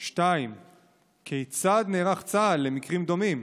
2. כיצד נערך צה"ל למקרים דומים?